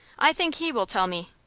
i think he will tell me.